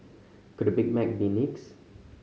could Big Mac be next